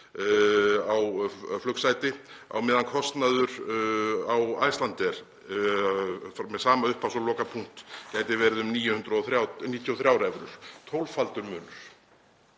á flugsæti á meðan kostnaður Icelandair, með sama upphafs- og lokapunkt, gæti verið um 93 evrur. Tólffaldur munur.